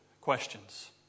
questions